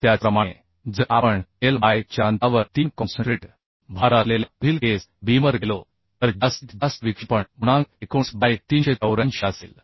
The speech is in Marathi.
त्याचप्रमाणे जर आपण L बाय 4 अंतरावर 3 कॉन्सन्ट्रेटेड भार असलेल्या पुढील केस बीमवर गेलो तर जास्तीत जास्त विक्षेपण गुणांक 19 बाय 384 असेल